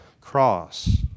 cross